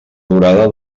durada